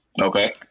okay